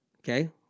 okay